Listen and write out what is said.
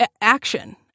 action